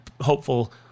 hopeful